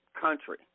country